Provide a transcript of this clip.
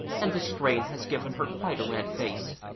and the strain has given her quite a red face.